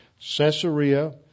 Caesarea